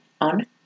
on